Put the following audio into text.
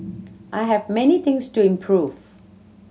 I have many things to improve